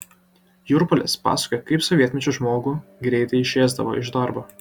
jurpalis pasakojo kaip sovietmečiu žmogų greitai išėsdavo iš darbo